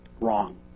Wrong